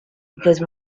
because